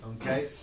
okay